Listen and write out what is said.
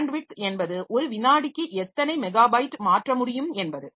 bandwidth என்பது ஒரு விநாடிக்கு எத்தனை மெகாபைட் மாற்ற முடியும் என்பது